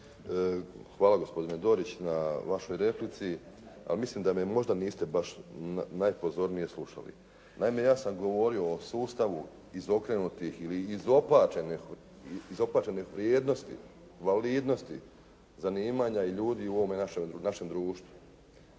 Hvala gospodine Dorić na vašoj replici, ali mislim da me možda niste baš najpozornije slušali. Naime, ja sam okrenuo o sustavu izokrenutih ili izopačenih vrijednosti, validnosti zanimanja i ljudi u ovome našem društvu.